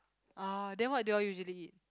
ah then what do you all usually eat